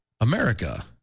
America